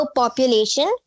population